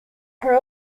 are